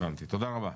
הבנתי, תודה רבה.